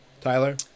Tyler